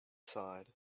side